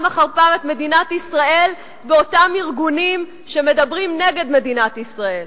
אחר פעם את מדינת ישראל באותם ארגונים שמדברים נגד מדינת ישראל.